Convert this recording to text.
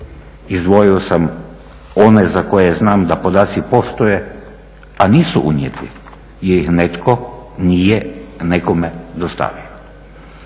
izdvojio sam one za koje znam da podaci postoje, a nisu unijeti jer ih netko nije nekome dostavio.